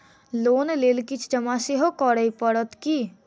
Loan लेल किछ जमा सेहो करै पड़त की?